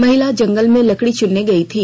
महिला जंगल में लकड़ी चुनने गई थी